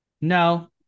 No